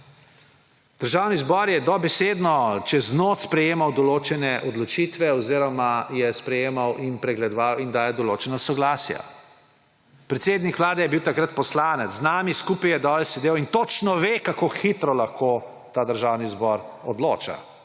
Državni zbor dobesedno čez noč sprejemal določene odločitve oziroma je sprejemal in pregledoval in dajal določena soglasja. Predsednik vlade je bil takrat poslanec, z nami skupaj je sedel in točno ve, kako hitro lahko Državni zbor odloča.